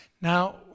Now